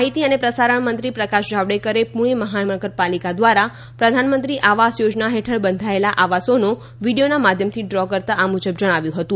માહિતી અને પ્રસારણ મંત્રી પ્રકાશ જાવડેકરે પૂણે મહાનગરપાલિકા દ્વારા પ્રધાનમંત્રી આવાસ યોજના હેઠળ બંધાયેલા આવાસોનો વીડિયોના માધ્યમથી ડ્રો કરતાં આ મુજબ જણાવ્યું હતું